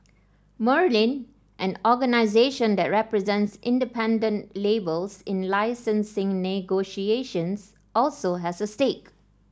Merlin an organisation that represents independent labels in licensing negotiations also has a stake